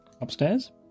Upstairs